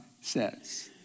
says